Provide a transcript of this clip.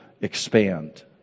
expand